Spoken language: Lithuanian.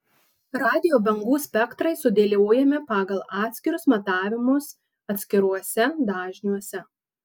radijo bangų spektrai sudėliojami pagal atskirus matavimus atskiruose dažniuose